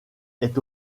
est